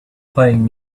playing